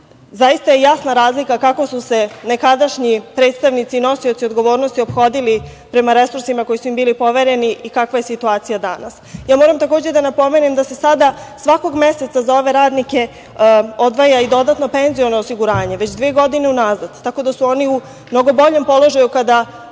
je jasna razlika kako su se nekadašnji predstavnici, nosioci odgovornosti ophodili prema resursima koji su im bili povereni i kakva je situacija danas. Ja moram takođe da napomenem da se sada svakog meseca za ove radnike odvaja i dodatno penziono osiguranje, već dve godine unazad, tako da su oni u mnogo boljem položaju kada dođe